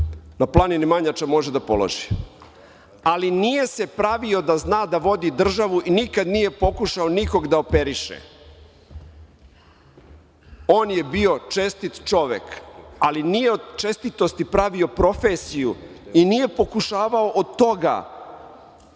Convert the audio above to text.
na planini Manjača može da položi, ali nije se pravio da zna da vodi državu i nikada nije pokušao nikoga da operiše. On je bio čestit čovek, ali nije od čestitosti pravio profesiju i nije pokušavao od toga